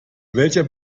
welcher